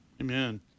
Amen